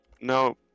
No